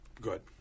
good